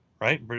right